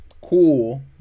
cool